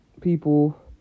people